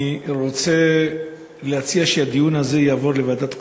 אני רוצה להציע שהדיון הזה יעבור לוועדת הכספים.